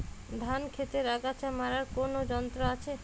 ধান ক্ষেতের আগাছা মারার কোন যন্ত্র আছে?